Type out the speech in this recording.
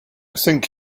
think